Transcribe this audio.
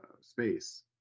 space